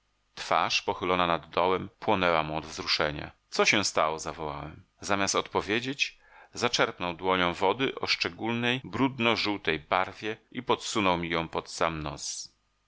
twarz pochylona nad dołem płonęła mu od wzruszenia co się stało zawołałem zamiast odpowiedzieć zaczerpnął dłonią wody o szczególnej brudno żółtej barwie i podsunął mi ją pod sam nos